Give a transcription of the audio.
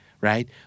right